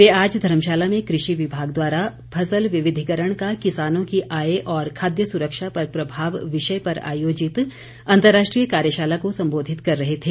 वे आज धर्मशाला में कृषि विभाग द्वारा फसल विविधिकरण का किसानों की आय और खाद्य सुरक्षा पर प्रभाव विषय पर आयोजित अंतर्राष्ट्रीय कार्यशाला को संबोधित कर रहे थे